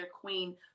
queen